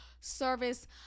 service